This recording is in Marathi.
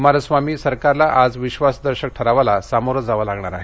कुमारस्वामी सरकारला आज विश्वासदर्शक ठरावाला सामोरं जावं लागणार आहे